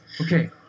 Okay